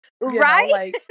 Right